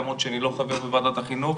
למרות שאני לא חבר בוועדת החינוך,